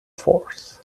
force